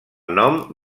nom